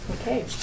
Okay